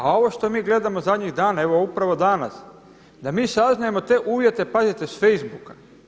A ovo što mi gledamo zadnjih dana evo upravo danas, da mi saznajemo te uvjete pazite s facebooka.